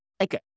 Okay